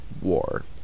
War